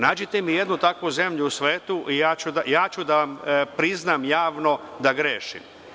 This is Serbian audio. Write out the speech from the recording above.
Nađite mi jednu takvu zemlju u svetu i ja ću da vam priznam javno da grešim.